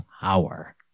power